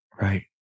Right